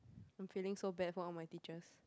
I'm feeling so bad for all my teachers